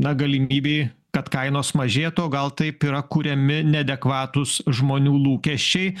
na galimybei kad kainos mažėtų o gal taip yra kuriami neadekvatūs žmonių lūkesčiai